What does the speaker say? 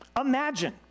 Imagine